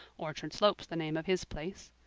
orchard slope's the name of his place.